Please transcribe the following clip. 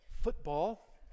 football